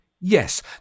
yes